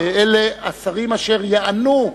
ואלה השרים אשר יענו.